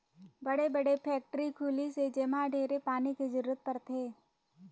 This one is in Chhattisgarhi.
बड़े बड़े फेकटरी खुली से जेम्हा ढेरे पानी के जरूरत परथे